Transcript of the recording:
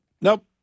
nope